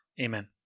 Amen